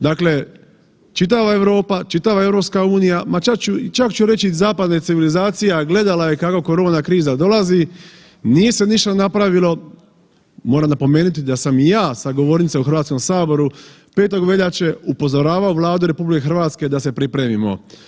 Dakle, čitava Europa, čitava EU ma čak ću reći zapadna civilizacija gledala je kako korona kriza dolazi, nije se ništa napravilo, moram napomenuti da sam i ja sa govornice u Hrvatskom saboru 5. Veljače upozoravao Vladu RH da se pripremimo.